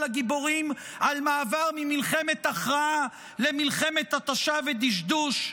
הגיבורים על מעבר ממלחמת הכרעה למלחמת התשה ודשדוש?